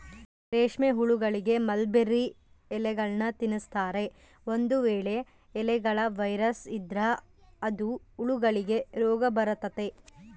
ರೇಷ್ಮೆಹುಳಗಳಿಗೆ ಮಲ್ಬೆರ್ರಿ ಎಲೆಗಳ್ನ ತಿನ್ಸ್ತಾರೆ, ಒಂದು ವೇಳೆ ಎಲೆಗಳ ವೈರಸ್ ಇದ್ರ ಅದು ಹುಳಗಳಿಗೆ ರೋಗಬರತತೆ